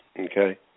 Okay